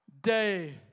day